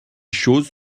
choses